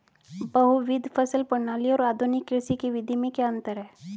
बहुविध फसल प्रणाली और आधुनिक कृषि की विधि में क्या अंतर है?